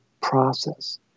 process